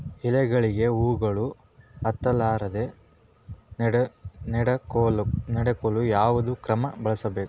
ಎಲೆಗಳಿಗ ಹುಳಾಗಳು ಹತಲಾರದೆ ನೊಡಕೊಳುಕ ಯಾವದ ಕ್ರಮ ಬಳಸಬೇಕು?